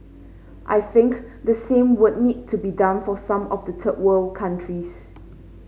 I think the same would need to be done for some of the third world countries